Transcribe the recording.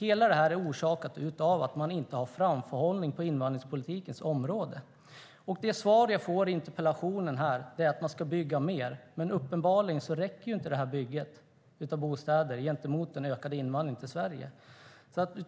Allt detta är orsakat av att man inte har framförhållning på invandringspolitikens område. Det svar jag får på interpellationen är att man ska bygga mer. Men uppenbarligen räcker inte detta byggande av bostäder gentemot den ökade invandringen till Sverige.